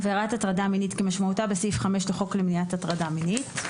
עבירת הטרדה מינית כמשמעותה בסעיף 5 לחוק למניעת ההטרדה מינית.